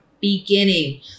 beginning